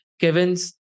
Kevin's